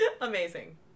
Amazing